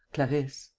clarisse.